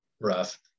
rough